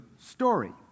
story